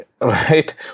right